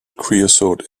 creosote